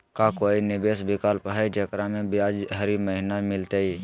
का कोई निवेस विकल्प हई, जेकरा में ब्याज हरी महीने मिलतई?